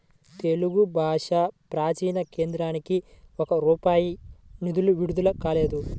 తెలుగు భాషా ప్రాచీన కేంద్రానికి ఒక్క రూపాయి నిధులు విడుదల కాలేదు